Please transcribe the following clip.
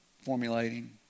formulating